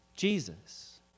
Jesus